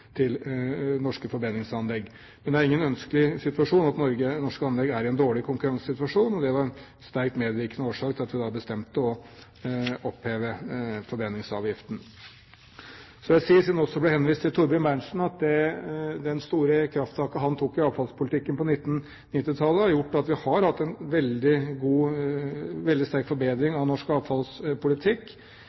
er i en dårlig konkurransesituasjon, og det var en sterkt medvirkende årsak til at vi bestemte å oppheve forbrenningsavgiften. Så vil jeg si, siden det også ble henvist til Thorbjørn Berntsen, at det store krafttaket han tok i avfallspolitikken på 1990-tallet, har gjort at vi har hatt en veldig sterk forbedring av norsk avfallspolitikk.